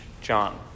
John